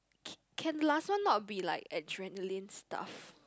c~ can last one not be like adrenaline staff